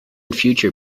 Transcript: future